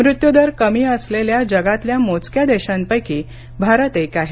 मृत्यूदर कमी असलेल्या जगातल्या मोजक्या देशांपैकी भारत एक आहे